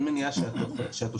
אין מניעה שהתושבים,